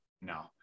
no